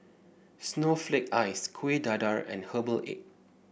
Snowflake Ice Kueh Dadar and Herbal Egg